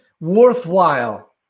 worthwhile